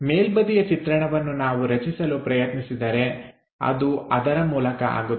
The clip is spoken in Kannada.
ಮೇಲ್ಬದಿಯ ಚಿತ್ರಣವನ್ನು ನಾವು ರಚಿಸಲು ಪ್ರಯತ್ನಿಸಿದರೆ ಇದು ಅದರ ಮೂಲಕ ಆಗುತ್ತದೆ